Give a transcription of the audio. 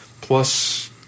plus